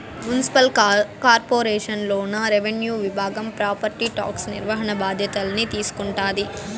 municipal corporation లోన revenue విభాగం property tax నిర్వహణ బాధ్యతల్ని తీసుకుంటాది